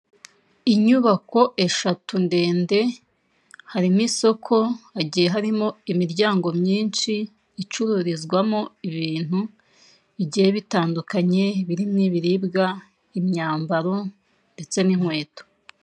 Inyubako eshatu ndende harimo isoko hagiye harimo imiryango myinshi icururizwamo ibintu bigiye bitandukanye birimo ibiribwa, imyambaro ndetse n'inkweto.